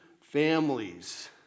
families